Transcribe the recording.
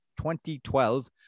2012